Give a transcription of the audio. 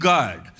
God